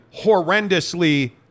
horrendously